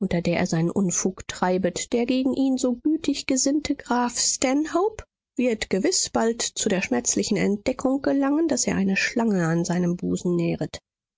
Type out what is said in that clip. unter der er seinen unfug treibet der gegen ihn so gütig gesinnte graf stanhope wird gewiß bald zu der schmerzlichen entdeckung gelangen daß er eine schlange an seinem busen nähret